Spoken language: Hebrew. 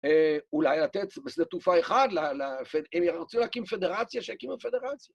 אולי לתת שדה תעופה אחד, הם ירצו להקים פדרציה, שיקימו פדרציה.